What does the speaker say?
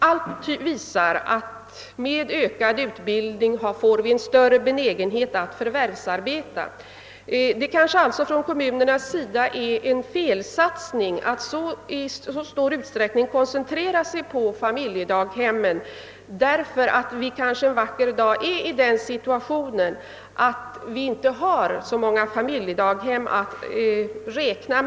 Allt visar att med ökad utbildning följer större benägenhet att förvärvsarbeta.. Kommunerna - gör kanske en felsatsning när de i så stor utsträckning koncentrerar sig på familjedaghemmen. En vacker dag är vi kanske i den situationen, att vi inte har så många familjedaghem.